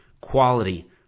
quality